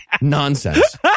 Nonsense